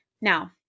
Now